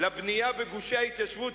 לבנייה בגושי ההתיישבות,